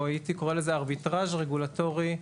או ארביטראז' רגולטורי,